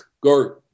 Go